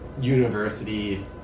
university